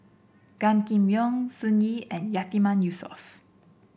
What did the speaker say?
Gan Kim Yong Sun Yee and Yatiman Yusof